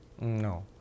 No